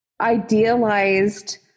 idealized